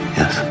yes